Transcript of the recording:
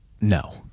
no